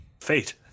fate